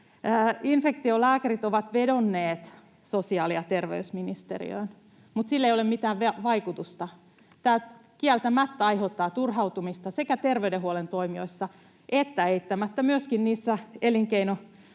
infektiolääkärit, ovat vedonneet sosiaali- ja terveysministeriöön, mutta sillä ei ole mitään vaikutusta. Tämä kieltämättä aiheuttaa turhautumista sekä terveydenhuollon toimijoissa että eittämättä myöskin niissä elinkeinotoiminnan